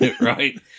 Right